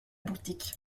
boutique